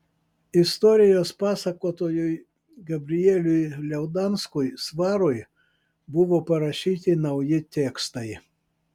istorijos pasakotojui gabrieliui liaudanskui svarui buvo parašyti nauji tekstai